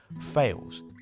fails